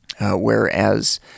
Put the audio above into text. whereas